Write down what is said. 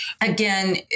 Again